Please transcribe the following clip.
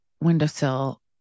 windowsill